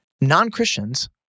non-Christians